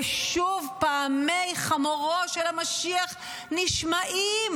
ושוב פעמי חמורו של המשיח נשמעים.